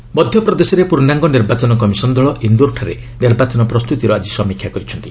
campaigning ମଧ୍ୟପ୍ରଦେଶରେ ପୁର୍ଣ୍ଣାଙ୍ଗ ନିର୍ବାଚନ କମିଶନ୍ ଦଳ ଇନ୍ଦୋରଠାରେ ନିର୍ବାଚନ ପ୍ରସ୍ତୁତିର ଆଜି ସମୀକ୍ଷା କରିଛନ୍ତି